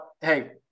hey